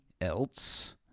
else